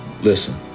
listen